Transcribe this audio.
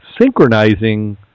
synchronizing